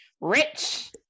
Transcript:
rich